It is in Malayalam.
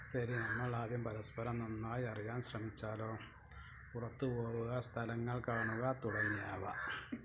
ശരി നമ്മളാദ്യം പരസ്പരം നന്നായി അറിയാൻ ശ്രമിച്ചാലോ പുറത്ത് പോവുക സ്ഥലങ്ങൾ കാണുക തുടങ്ങിയവ